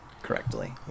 correctly